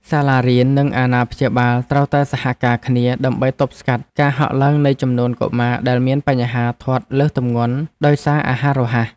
សាលារៀន និងអាណាព្យាបាលត្រូវតែសហការគ្នា ដើម្បីទប់ស្កាត់ការហក់ឡើងនៃចំនួនកុមារដែលមានបញ្ហាធាត់លើសទម្ងន់ដោយសារអាហាររហ័ស។